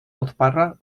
odparła